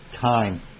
time